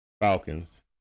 Falcons